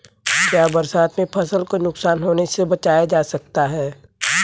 क्या बरसात में फसल को नुकसान होने से बचाया जा सकता है?